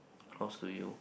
cross to you